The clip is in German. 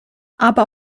aber